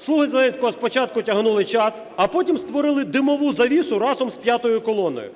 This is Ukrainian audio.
"слуги" Зеленського спочатку тягнули час, а потім створили димову завісу разом з "п'ятою колоною".